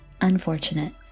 Unfortunate